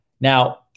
Now